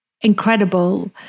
incredible